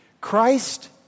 Christ